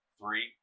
three